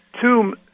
two